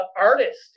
artist